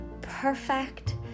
perfect